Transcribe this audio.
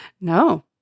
No